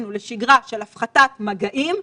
לסגר רוחבי.